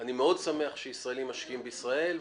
אני שמח מאוד שישראלים משקיעים בישראל,